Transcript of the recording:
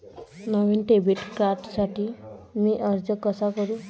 नवीन debit कार्डसाठी मी अर्ज कसा करू?